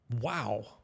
Wow